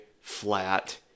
flat